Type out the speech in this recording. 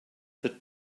that